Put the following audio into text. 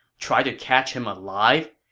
try to catch him alive?